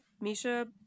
Misha